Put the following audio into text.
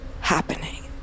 happening